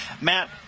Matt